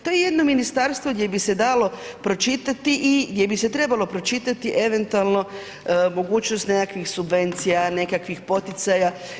To je jedno ministarstvo gdje bi se dalo pročitati i gdje bi se trebalo pročitati eventualno mogućnost nekakvih subvencija, nekakvih poticaja.